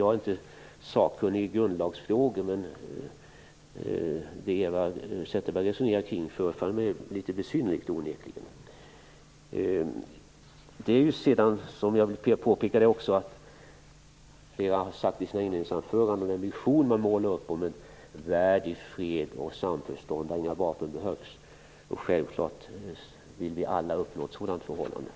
Jag är inte sakkunnig i grundlagsfrågor, men det Eva Zetterberg resonerar kring förefaller mig onekligen litet besynnerligt. Som jag också påpekade har flera talare i sina huvudanföranden målat upp en vision om en värld i fred och samförstånd, där inga vapen behövs. Självfallet vill vi alla uppnå en sådan situation.